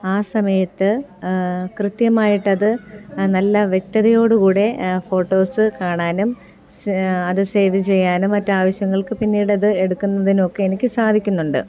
ആ സമയത്ത് കൃത്യമായിട്ട് അത് നല്ല വ്യക്തതയോടു കൂടെ ഫോട്ടോസ് കാണാനും അത് സേവ് ചെയ്യാനും മറ്റു ആവശ്യങ്ങൾക്ക് പിന്നീട് അത് എടുക്കുന്നതിനൊക്കെ എനിക്ക് സാധിക്കുന്നുണ്ട്